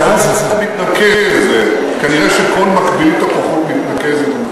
מאז, כנראה שכל, מתנקזת.